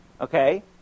Okay